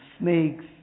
snakes